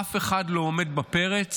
אף אחד לא עומד בפרץ,